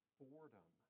boredom